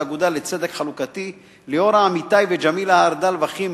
"האגודה לצדק חלוקתי"; ליאורה אמיתי וג'מילה הרדל ואכים,